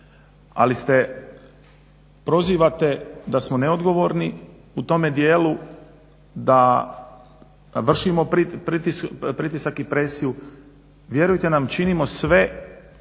ali prozivate da smo neodgovorni u tome dijelu da vršimo pritisak i presiju, vjerujte nam činimo sve